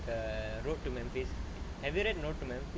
a road to memphis have you read road to memphis